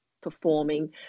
performing